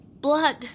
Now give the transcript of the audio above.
Blood